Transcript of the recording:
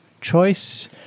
choice